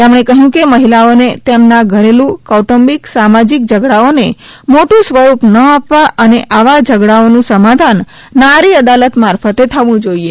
તેમણે કહ્યુ કે મહિલાઓને તેમના ઘરેલુ કૌટુબિક સામજિક ઝઘડાઓને મોટુ સ્વરૂપ ન આપવા અને આવા ઝઘડાઓનુ સમાધાન નારી અદાલત મારફતે થવુ જોઇએ